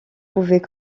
pouvait